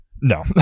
No